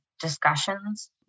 discussions